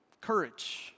courage